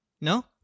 No